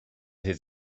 his